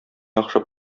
яхшы